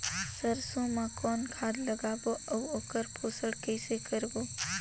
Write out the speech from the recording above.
सरसो मा कौन खाद लगाबो अउ ओकर पोषण कइसे करबो?